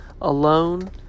alone